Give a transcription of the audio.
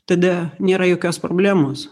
tada nėra jokios problemos